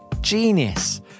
genius